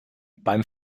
beim